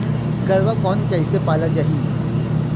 गरवा कोन कइसे पाला जाही?